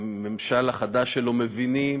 הממשל החדש שלו מבינים